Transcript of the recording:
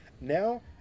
Now